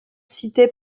cité